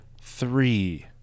Three